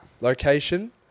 location